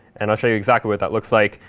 and i'll show you exactly what that looks like.